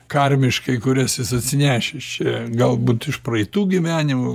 karmiškai kurias jis atsinešęs čia galbūt iš praeitų gyvenimų